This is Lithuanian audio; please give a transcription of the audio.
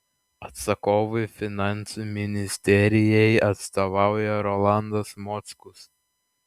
atsakovui finansų ministerijai atstovauja rolandas mockus